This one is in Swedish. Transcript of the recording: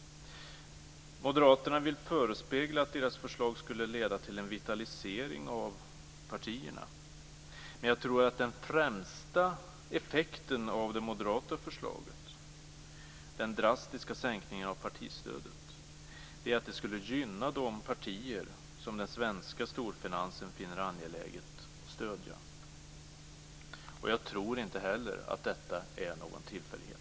Moderaterna vill förespegla att deras förslag skulle leda till en vitalisering av partierna. Men jag tror att den främsta effekten av det moderata förslaget, den drastiska sänkningen av partistödet, är att det skulle gynna de partier som den svenska storfinansen finner det angeläget att stödja. Och jag tror inte heller att detta är någon tillfällighet.